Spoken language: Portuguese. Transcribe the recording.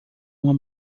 uma